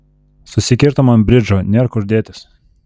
susikirtom ant bridžo nėr kur dėtis